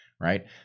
right